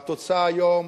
והתוצאה היום,